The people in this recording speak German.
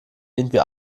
irgendwie